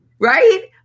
right